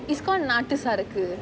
it's called nattu saraku saraku